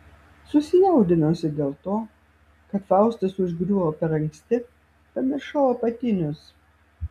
susijaudinusi dėl to kad faustas užgriuvo per anksti pamiršau apatinius